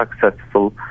successful